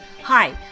Hi